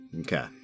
Okay